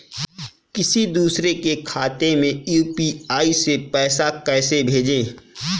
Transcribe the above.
किसी दूसरे के खाते में यू.पी.आई से पैसा कैसे भेजें?